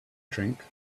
drink